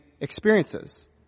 experiences